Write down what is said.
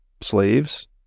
slaves